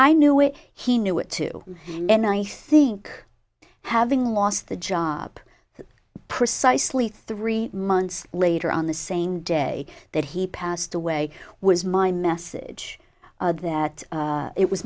i knew it he knew it too and i think having lost the job precisely three months later on the same day that he passed away was my message that it was